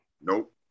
Nope